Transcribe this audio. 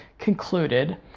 concluded